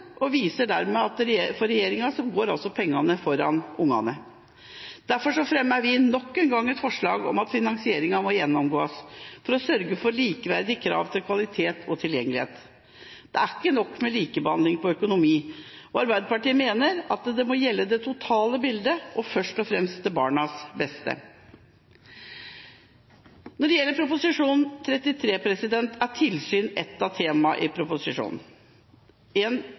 Det viser at for regjeringa går pengene foran barna. Derfor fremmer vi nok engang forslag om at finansieringen må gjennomgås for å sørge for likeverd i krav til kvalitet og tilgjengelighet. Det er ikke nok med likebehandling i økonomi. Arbeiderpartiet mener at det må gjelde det totale bildet – og først og fremst barnas beste. Når det gjelder Prop. 33 L, er tilsyn ett av temaene. Her er en